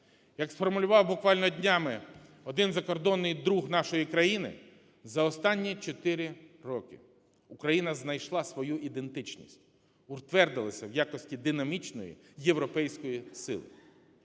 Як сформулював буквально днями один закордонний друг нашої країни: за останні 4 роки Україна знайшла свою ідентичність, утвердилася в якості динамічної європейської сили.